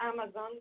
Amazon